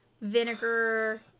vinegar